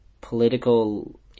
political